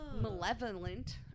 malevolent